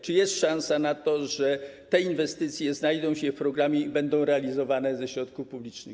Czy jest szansa na to, że te inwestycje znajdą się w programie i będą realizowane ze środków publicznych?